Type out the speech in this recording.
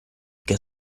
che